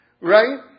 right